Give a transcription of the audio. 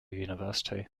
university